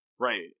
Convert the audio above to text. Right